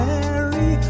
Mary